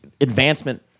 advancement